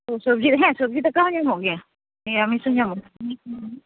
ᱥᱚᱵᱡᱤ ᱦᱮᱸ ᱥᱚᱵᱡᱤ ᱫᱟᱠᱟ ᱦᱚᱸᱧ ᱮᱢᱚᱜ ᱜᱮᱭᱟ ᱦᱮᱸ ᱟᱹᱢᱤᱥ ᱦᱚᱸ ᱧᱟᱢᱚᱜ